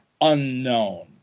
unknown